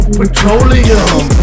petroleum